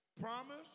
Promise